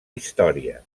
història